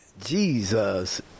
Jesus